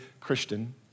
Christian